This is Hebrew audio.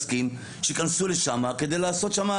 נסכים שייכנסו לשם כדי לעשות שם,